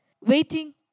Waiting